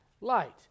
Light